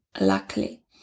luckily